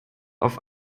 auf